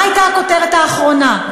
מה הייתה הכותרת האחרונה?